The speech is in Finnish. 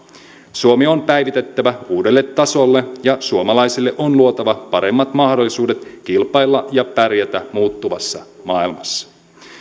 suomi on päivitettävä uudelle tasolle ja suomalaisille on luotava paremmat mahdollisuudet kilpailla ja pärjätä muuttuvassa maailmassa